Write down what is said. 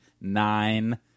nine